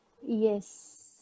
Yes